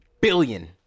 Billion